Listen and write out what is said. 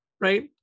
right